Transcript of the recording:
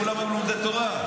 כולם היו לומדי תורה,